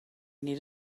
need